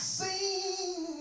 seen